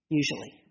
usually